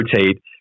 rotate